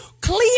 clear